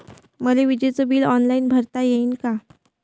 मले विजेच bill online भरता येईन का?